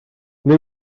ble